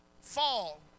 fall